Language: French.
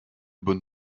bonnes